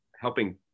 helping